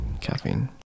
caffeine